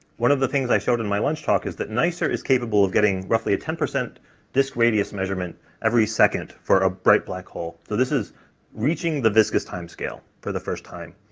one of the things i showed in my lunch talk is that nicer is capable of getting roughly a ten percent disk radius measurement every second for a bright black hole. so this is reaching the viscous timescale for the first time.